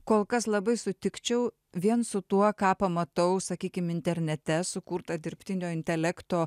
kol kas labai sutikčiau vien su tuo ką pamatau sakykim internete sukurta dirbtinio intelekto